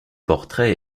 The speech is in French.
portrait